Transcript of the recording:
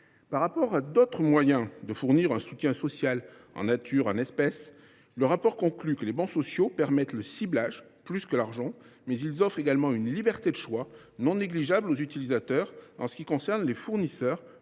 comparaison d’autres moyens permettant de fournir un soutien social en nature ou en espèces, cette étude conclut que « les bons sociaux permettent le ciblage plus que l’argent, mais ils offrent également une liberté de choix non négligeable aux utilisateurs en ce qui concerne les fournisseurs